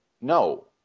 No